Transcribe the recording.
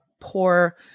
poor